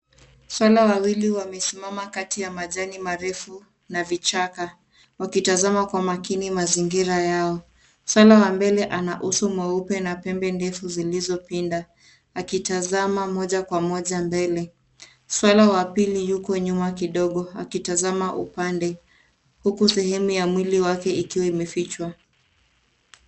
Swala wawili wamesimama kati ya majani marefu na vichaka wakitazama kwa makini mazingira yao. Swala wa mbele ana uso mweupe na pembe ndefu zilizopinda akitazama moja kwa moja mbele. Swala wa pili yuko nyuma kidogo akitazama upande huku sehemu ya mwili wake ikiwa imefichwa.